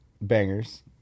bangers